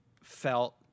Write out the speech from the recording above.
felt